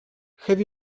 have